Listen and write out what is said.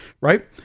right